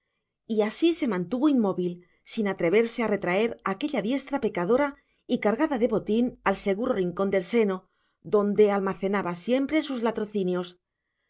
y así se mantuvo inmóvil sin atreverse a retraer aquella diestra pecadora y cargada de botín al seguro rincón del seno donde almacenaba siempre sus latrocinios